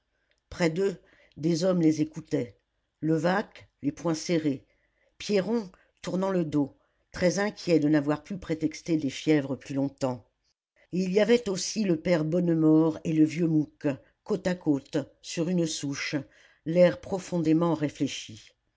près d'eux des hommes les écoutaient levaque les poings serrés pierron tournant le dos très inquiet de n'avoir pu prétexter des fièvres plus longtemps et il y avait aussi le père bonnemort et le vieux mouque côte à côte sur une souche l'air profondément réfléchi